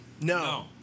No